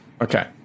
Okay